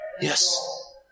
Yes